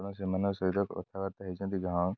ତେଣୁ ସେମାନଙ୍କ ସହିତ କଥାବାର୍ତା ହୋଇଛନ୍ତି ଗାଁ